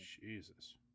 Jesus